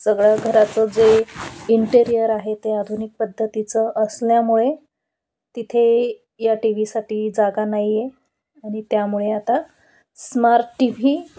सगळ्या घराचं जे इंटेरियर आहे ते आधुनिक पद्धतीचं असल्यामुळे तिथे या टी व्ही साठी जागा नाहीये आणि त्यामुळे आता स्मार्ट टी व्ही